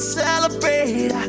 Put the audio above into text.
celebrate